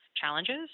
challenges